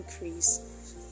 increase